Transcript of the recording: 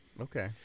okay